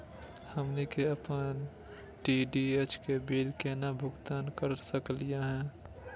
हमनी के अपन डी.टी.एच के बिल केना भुगतान कर सकली हे?